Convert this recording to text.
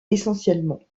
essentiellement